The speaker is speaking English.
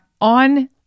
on